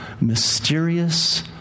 mysterious